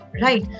Right